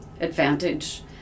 advantage